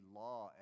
law